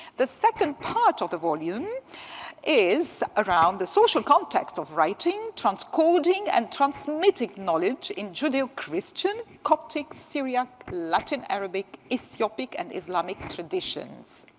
the second part of the volume is around the social context of writing, transcoding, and transmitting knowledge in judeo-christian, coptic, syriac, latin-arabic, ethiopic, and islamic traditions.